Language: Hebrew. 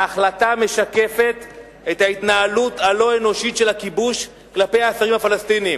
ההחלטה משקפת את ההתנהלות הלא-אנושית של הכיבוש כלפי האסירים הפלסטינים.